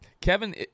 Kevin